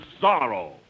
sorrow